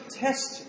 test